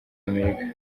amerika